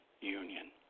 union